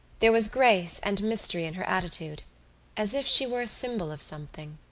there was grace and mystery in her attitude as if she were a symbol of something.